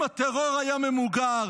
אם הטרור היה ממוגר,